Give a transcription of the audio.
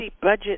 budget